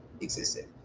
existed